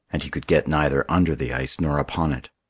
and he could get neither under the ice nor upon it.